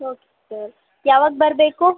okay sir ಯಾವಾಗ ಬರಬೇಕು